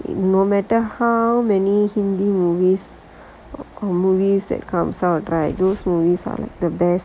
no matter how many hindi movies it is movies that comes out right those movies are like the best